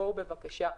בואו בבקשה,